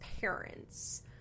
parents